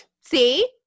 See